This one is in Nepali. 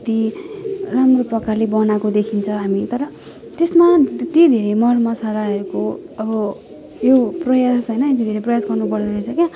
यति राम्रो प्रकारले बनाएको देखिन्छ हामी तर त्यसमा त्यो धेरै मरमसलाहरूको अब यो प्रयास होइन यति धेरै प्रयास गर्नुपर्ने रहेछ क्या